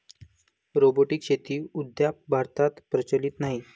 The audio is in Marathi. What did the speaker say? रोबोटिक शेती अद्याप भारतात प्रचलित नाही